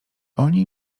oni